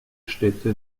städte